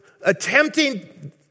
attempting